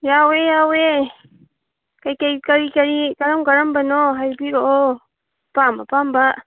ꯌꯥꯎꯋꯦ ꯌꯥꯎꯋꯦ ꯀꯩꯀꯩ ꯀꯔꯤ ꯀꯔꯤ ꯀꯔꯝ ꯀꯔꯝꯕꯅꯣ ꯍꯥꯏꯕꯤꯔꯛꯑꯣ ꯑꯄꯥꯝ ꯑꯄꯥꯝꯕ